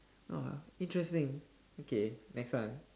!wah! interesting okay next one